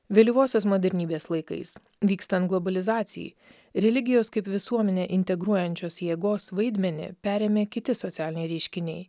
vėlyvosios modernybės laikais vykstant globalizacijai religijos kaip visuomenę integruojančios jėgos vaidmenį perėmė kiti socialiniai reiškiniai